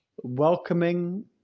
welcoming